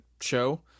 show